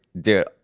dude